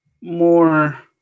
more